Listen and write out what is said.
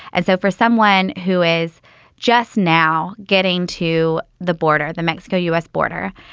as though for someone who is just now getting to the border, the mexico u s. border,